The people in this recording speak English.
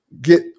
get